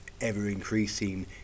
ever-increasing